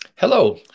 Hello